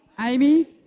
Amy